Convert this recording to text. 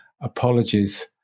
apologies